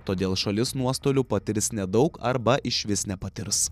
todėl šalis nuostolių patirs nedaug arba išvis nepatirs